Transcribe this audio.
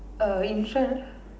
uh in front